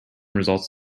results